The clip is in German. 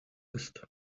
ist